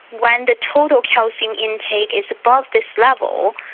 when the total calcium intake is above this level,